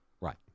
Right